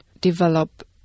develop